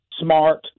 Smart